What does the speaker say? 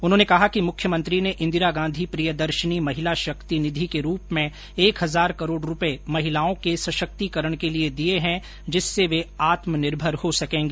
उन्होंने कहा कि मुख्यमंत्री ने इंदिरा गांधी प्रियदर्शिनी महिला शक्ति निधि के रूप में एक हजार करोड़ रूपए महिलाओं के सशक्तीकरण के लिए दिए हैं जिससे वे आत्मनिर्भर हो सकेंगी